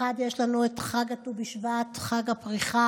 אחד, יש לנו חג ט"ו בשבט, חג הפריחה,